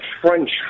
French